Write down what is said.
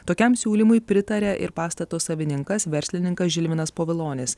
tokiam siūlymui pritarė ir pastato savininkas verslininkas žilvinas povilonis